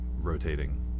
rotating